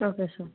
okay sir